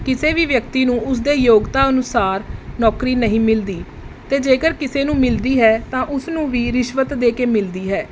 ਕਿਸੇ ਵੀ ਵਿਅਕਤੀ ਨੂੰ ਉਸਦੇ ਯੋਗਤਾ ਅਨੁਸਾਰ ਨੌਕਰੀ ਨਹੀਂ ਮਿਲਦੀ ਅਤੇ ਜੇਕਰ ਕਿਸੇ ਨੂੰ ਮਿਲਦੀ ਹੈ ਤਾਂ ਉਸਨੂੰ ਵੀ ਰਿਸ਼ਵਤ ਦੇ ਕੇ ਮਿਲਦੀ ਹੈ